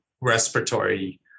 respiratory